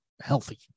healthy